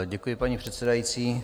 Děkuji, paní předsedající.